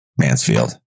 Mansfield